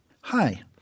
Hi